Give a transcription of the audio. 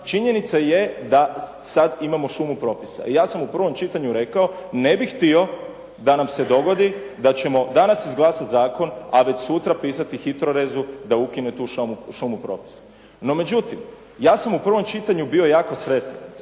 činjenica je da sad imamo šumu propisa. Ja sam u prvom čitanju rekao, ne bih htio da nam se dogodi da ćemo danas izglasati zakon, a već sutra pisti HITRORez-u da ukine tu šumu propisa. No međutim, ja sam u prvom čitanju bio jako sretan